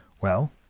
Well